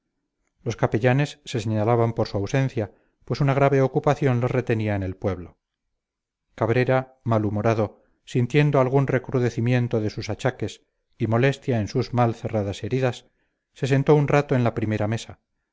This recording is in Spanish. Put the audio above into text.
los capellanes se señalaban por su ausencia pues una grave ocupación les retenía en el pueblo cabrera mal humorado sintiendo algún recrudecimiento de sus achaques y molestia en sus mal cerradas heridas se sentó un rato en la primera mesa